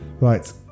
right